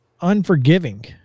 unforgiving